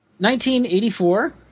1984